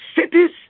cities